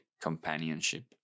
companionship